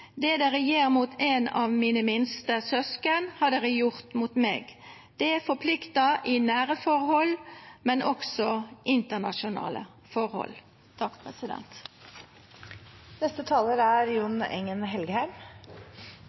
dere gjorde mot én av disse mine minste søsken, har dere gjort mot meg.» Det forplikter i nære forhold, men også i internasjonale forhold. Takk